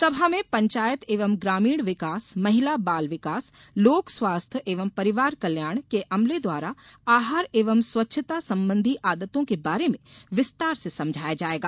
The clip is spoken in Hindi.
सभा में पंचायत एवं ग्रामीण विकास महिला बाल विकास लोक स्वास्थ्य एवं परिवार कल्याण के अमले द्वारा आहार एवं स्वच्छता संबंधी आदतों के बारे में विस्तार से समझाया जायेगा